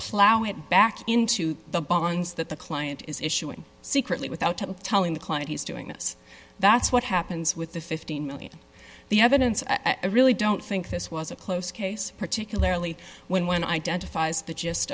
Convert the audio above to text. it back into the bonds that the client is issuing secretly without telling the client he's doing this that's what happens with the fifteen million the evidence i really don't think this was a close case particularly when one identifies the gist